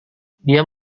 dia